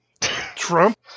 Trump